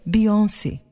Beyoncé